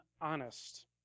honest